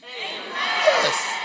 Yes